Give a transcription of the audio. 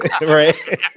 Right